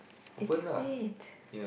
is it